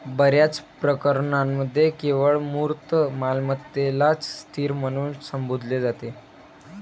बर्याच प्रकरणांमध्ये केवळ मूर्त मालमत्तेलाच स्थिर म्हणून संबोधले जाते